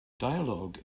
dialogue